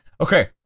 Okay